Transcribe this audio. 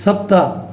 सप्त